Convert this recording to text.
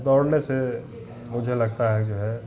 दौड़ने से मुझे लगता है जो है